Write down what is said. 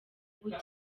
bucya